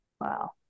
Wow